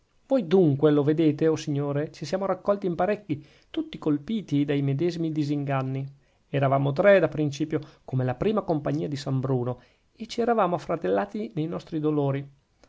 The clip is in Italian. voi dunque lo vedete o signore ci siamo raccolti in parecchi tutti colpiti dai medesimi disinganni eravamo tre da principio come la prima compagnia di san bruno e ci eravamo affratellati nei nostri dolori